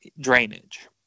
drainage